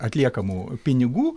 atliekamų pinigų